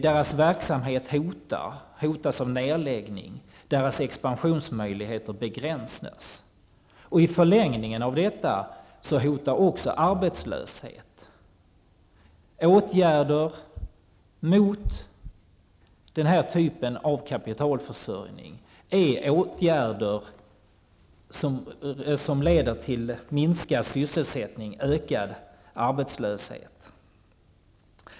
Deras verksamhet hotas av nedläggning och deras expansionsmöjligheter begränsas. I förlängningen av detta hotar också arbetslöshet. Åtgärder mot den typen av kapitalförsörjning är åtgärder som leder till minskad sysselsättning och ökad arbetslöshet.